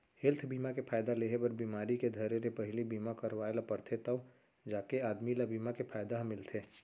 health बीमा के फायदा लेहे बर बिमारी के धरे ले पहिली बीमा करवाय ल परथे तव जाके आदमी ल बीमा के फायदा ह मिलथे